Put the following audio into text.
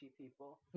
people